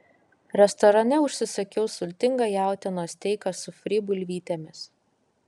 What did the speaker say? restorane užsisakiau sultingą jautienos steiką su fry bulvytėmis